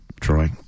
Troy